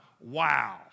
wow